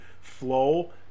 flow